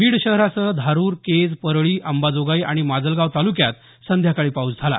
बीड शहरासह धारुर केज परळी अंबाजोगाई आणि माजलगाव तालुक्यात संध्याकाळी पाऊस झाला